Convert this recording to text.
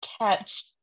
catch